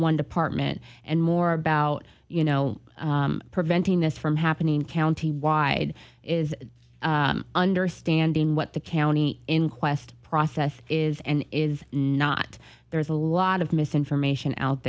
one department and more about you know preventing this from happening county wide is understanding what the county inquest process is and is not there's a lot of misinformation out